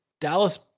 Dallas